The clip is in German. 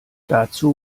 dazu